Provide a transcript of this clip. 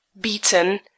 Beaten